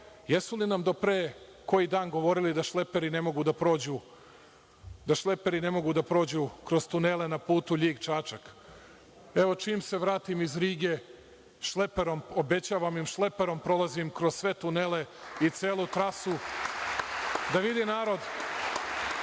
jesu li nam do pre koji dan govorili da šleperi ne mogu da prođu kroz tunele na putu Ljig-Čačak. Evo, čim se vratim iz Rige, šleperom, obećavam im, šeleperom prolazim kroz sve tunele i celu trasu, da vidi narod